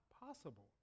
possible